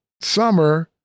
summer